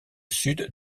sud